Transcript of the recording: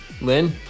Lynn